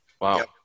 Wow